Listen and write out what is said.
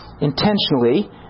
intentionally